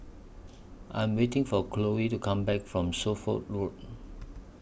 I Am waiting For Chloe to Come Back from Suffolk Road